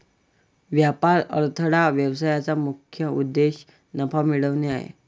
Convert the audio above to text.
व्यापार अडथळा व्यवसायाचा मुख्य उद्देश नफा मिळवणे आहे